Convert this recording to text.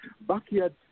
backyard